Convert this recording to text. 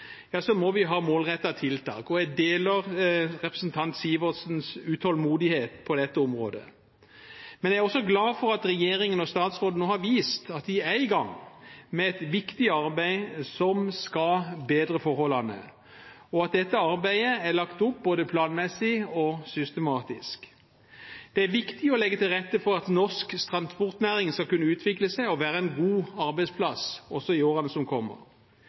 ha målrettede tiltak. Jeg deler representanten Sivertsens utålmodighet på dette området. Jeg er også glad for at regjeringen og statsråden nå har vist at de er i gang med et viktig arbeid som skal bedre forholdene, og at dette arbeidet er lagt opp både planmessig og systematisk. Det er viktig å legge til rette for at norsk transportnæring skal kunne utvikle seg og være en god arbeidsplass også i årene som kommer.